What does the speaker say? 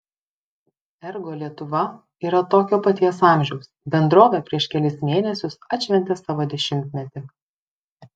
ergo lietuva yra tokio paties amžiaus bendrovė prieš kelis mėnesius atšventė savo dešimtmetį